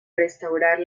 restaurar